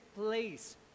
place